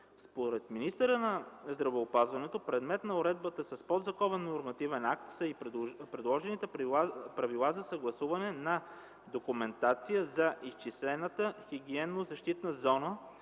Според министъра на здравеопазването предмет на уредба с подзаконов нормативен акт са и предложените правила за съгласуване на документацията за изчислената хигиенно-защитна зона